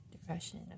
depression